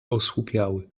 osłupiały